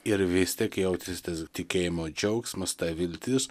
ir vis tiek jautėsi tas tikėjimo džiaugsmas ta viltis